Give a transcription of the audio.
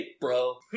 bro